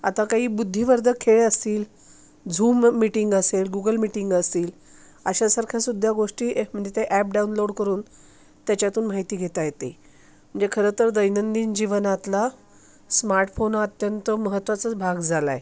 आता काही बुद्धिवर्धक खेळ असतील झूम मीटिंग असेल गुगल मीटिंग असेल अशासारख्यासुद्धा गोष्टी म्हणजे ते ॲप डाऊनलोड करून त्याच्यातून माहिती घेता येते म्हणजे खरंतर दैनंदिन जीवनातला स्मार्टफोन अत्यंत महत्वाचाच भाग झाला आहे